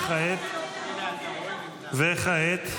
וכעת?